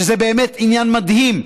שזה באמת עניין מדהים,